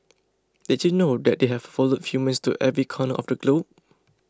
did you know that they have followed humans to every corner of the globe